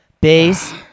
bass